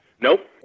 Nope